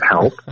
help